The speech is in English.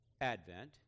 Advent